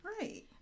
Right